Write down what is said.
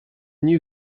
new